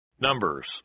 Numbers